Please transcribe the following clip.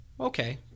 Okay